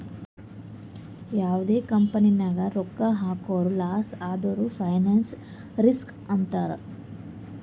ಯಾವ್ದೇ ಕಂಪನಿ ನಾಗ್ ರೊಕ್ಕಾ ಹಾಕುರ್ ಲಾಸ್ ಆದುರ್ ಫೈನಾನ್ಸ್ ರಿಸ್ಕ್ ಅಂತಾರ್